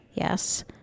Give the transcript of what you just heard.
Yes